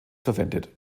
verwendet